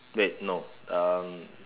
wait no um